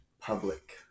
public